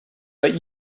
but